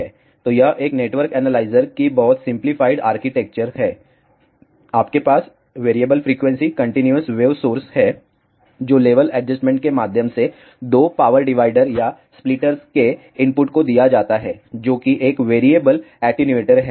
तो यह एक नेटवर्क एनालाइजर की बहुत सिंपलीफाइड आर्किटेक्चर है आपके पास variable frequency continuous wave source है जो लेवल एडजस्टमेंट के माध्यम से 2 पावर डिवाइडर या स्प्लिटर्स के इनपुट को दिया जाता है जो कि एक वेरिएबल एटीन्यूएटर है